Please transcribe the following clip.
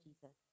Jesus